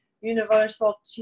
universal